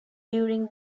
during